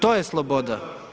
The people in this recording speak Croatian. To je sloboda.